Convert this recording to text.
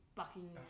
bucking